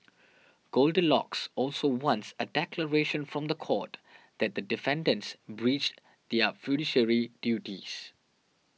goldilocks also wants a declaration from the court that the defendants breached their fiduciary duties